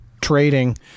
trading